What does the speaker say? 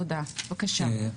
בבקשה.